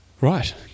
Right